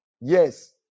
Yes